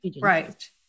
right